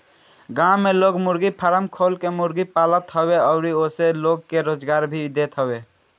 गांव में लोग मुर्गी फारम खोल के मुर्गी पालत हवे अउरी ओसे लोग के रोजगार भी देत हवे